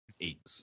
eight